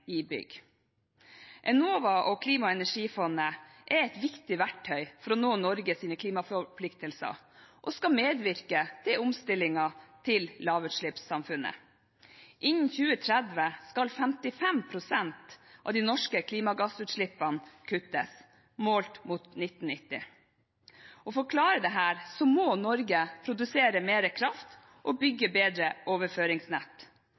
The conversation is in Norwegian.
i bygg. Enova og Klima- og energifondet er et viktig verktøy for å nå Norges klimaforpliktelser og skal medvirke til omstillingen til lavutslippssamfunnet. Innen 2030 skal 55 pst. av de norske klimagassutslippene kuttes målt mot 1990-nivået. For å klare dette må Norge produsere mer kraft og bygge bedre overføringsnett